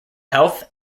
health